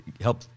help